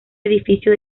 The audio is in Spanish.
edificio